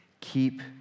keep